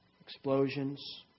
explosions